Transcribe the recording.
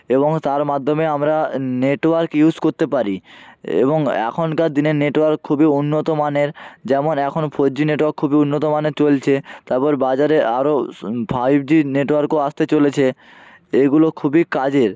এবং তার মাধ্যমে আমরা নেটওয়ার্ক ইউজ করতে পারি এবং এখনকার দিনের নেটওয়ার্ক খুবই উন্নতমানের যেমন এখন ফোর জি নেটওয়ার্ক খুবই উন্নতমানের চলছে তারপর বাজারে আরও ফাইভ জি নেটওয়ার্কও আসতে চলেছে এগুলো খুবই কাজের